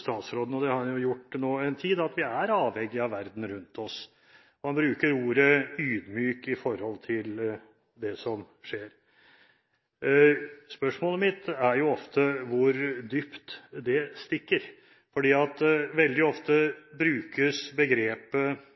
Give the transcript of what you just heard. statsråden, og det har han gjort nå en tid, at vi er avhengige av verden rundt oss. Han bruker ordet «ydmyk» med hensyn til det som skjer. Spørsmålet mitt er ofte hvor dypt det stikker. Veldig ofte brukes uttrykket